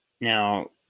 now